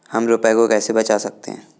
हम रुपये को कैसे बचा सकते हैं?